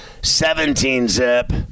17-zip